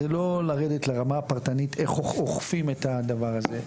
זה לא לרדת לרמה הפרטנית איך אוכפים את הדבר הזה.